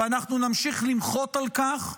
ואנחנו נמשיך למחות על כך,